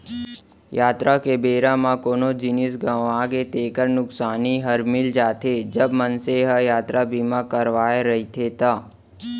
यातरा के बेरा म कोनो जिनिस गँवागे तेकर नुकसानी हर मिल जाथे, जब मनसे ह यातरा बीमा करवाय रहिथे ता